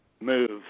move